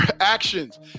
actions